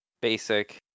basic